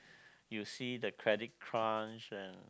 you see the credit crunch and